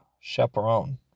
chaperone